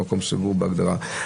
שזה מקום סגור בהגדרה.